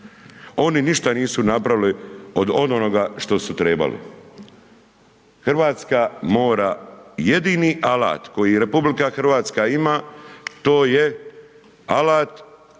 Oni ništa nisu napravili od onoga što su trebali. Hrvatska mora jedini alat, koja RH ima, to je alat